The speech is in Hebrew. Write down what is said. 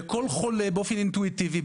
וכל חולה באופן אינטואיטיבי,